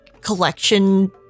collection